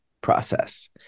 process